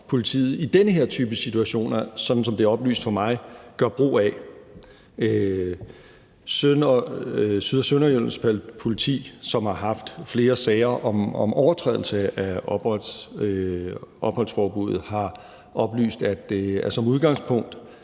muligheder i den her type situationer, som politiet, sådan som det er oplyst for mig, gør brug af. Syd- og Sønderjyllands Politi, som har haft flere sager om overtrædelse af opholdsforbuddet, har oplyst, at man som udgangspunkt